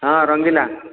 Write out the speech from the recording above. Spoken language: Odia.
ହଁ ରଙ୍ଗିଲା